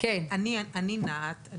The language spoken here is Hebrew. אני נע"ת.